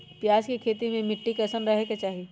प्याज के खेती मे मिट्टी कैसन रहे के चाही?